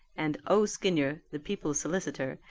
and o. skinyer, the people's solicitor,